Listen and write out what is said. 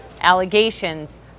allegations